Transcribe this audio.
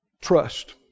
Trust